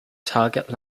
target